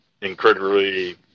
Incredibly